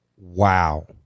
Wow